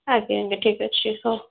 ଆଜ୍ଞା ଆଜ୍ଞା ଠିକ୍ ଅଛି ହଉ